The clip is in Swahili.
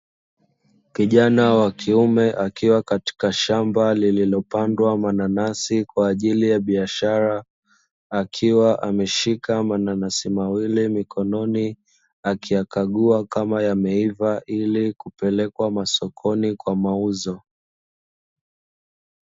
Kijani wa kiume akiwa katika shamba lililopandwa mananasi kwa ajili ya biashara, akiwa ameshika mananasi mawili mikononi, akiyakagua kama yameiva ili kupelekwa masokoni kwa mauzo.